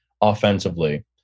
offensively